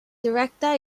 director